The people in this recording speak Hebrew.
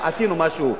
עשינו משהו,